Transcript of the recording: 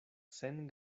sen